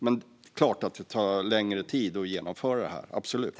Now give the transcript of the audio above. Det är klart att det tar längre tid än ett år att genomföra det här. Så är det absolut.